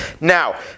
Now